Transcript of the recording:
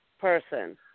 person